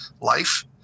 life